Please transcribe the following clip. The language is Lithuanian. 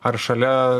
ar šalia